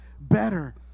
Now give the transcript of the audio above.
better